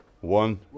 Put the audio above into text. One